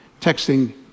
Texting